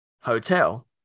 Hotel